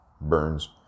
burns